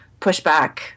pushback